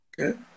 Okay